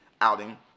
outing